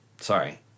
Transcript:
sorry